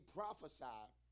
prophesied